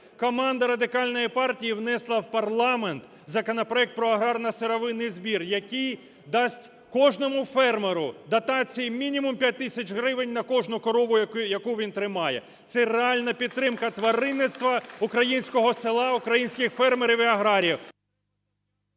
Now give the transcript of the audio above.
Команда Радикальної партії внесла в парламент законопроект про аграрно-сировинний збір, який дасть кожному фермеру дотації мінімум 5 тисяч гривень на кожну корову, яку він тримає. Це реальні підтримка тваринництва, українського села, українських фермерів і аграріїв.